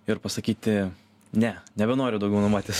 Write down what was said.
ir pasakyti ne nebenoriu daugiau nuomuotis